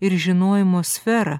ir žinojimo sferą